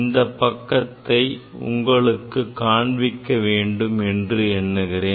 இந்தப் பக்கத்தை உங்களுக்கு காண்பிக்க வேண்டும் என்று எண்ணுகிறேன்